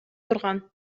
турган